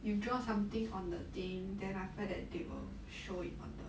you draw something on the thing then after that they will show it on the